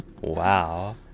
wow